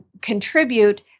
contribute